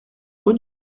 rue